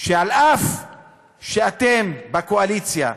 שאף שאתם בקואליציה,